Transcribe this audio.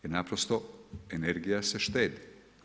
I naprosto, energija se štedi.